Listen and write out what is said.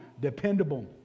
dependable